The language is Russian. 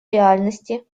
реальности